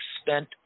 spent